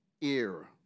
era